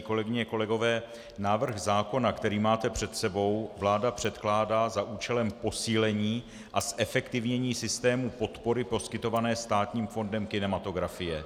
Kolegyně, kolegové, návrh zákona, který máte před sebou, vláda předkládá za účelem posílení a zefektivnění systému podpory poskytované Státním fondem kinematografie.